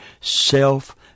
self